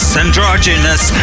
androgynous